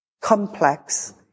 complex